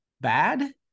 bad